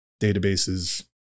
databases